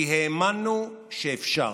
כי האמנו שאפשר.